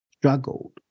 struggled